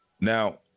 Now